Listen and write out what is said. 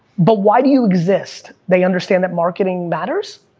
but, why do you exist? they understand that marketing matters?